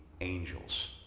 angels